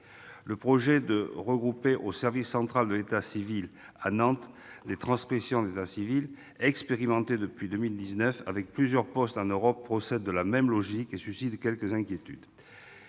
Le projet de regrouper au service central de l'état civil à Nantes les transcriptions d'état civil, expérimenté depuis 2018 avec plusieurs postes en Europe, procède de la même logique et suscite quelques inquiétudes.